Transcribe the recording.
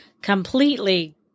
Completely